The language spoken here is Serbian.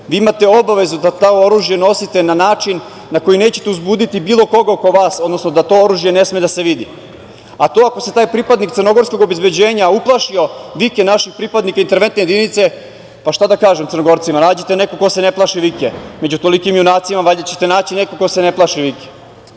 Vi imate obavezu da to oružje nosite na način na koji nećete uzbuditi bilo koga oko vas, odnosno da to oružje ne sme da se vidi. To ako se taj pripadnik crnogorskog obezbeđenja uplašio vike naših pripadnika interventne jedinice, pa šta da kažem Crnogorcima, nađite nekog ko se ne plaši vike. Među tolikim junacima valjda ćete naći nekog ko se ne plaši